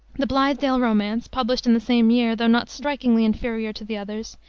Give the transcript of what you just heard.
the blithedale romance, published in the same year, though not strikingly inferior to the others,